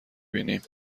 بینیم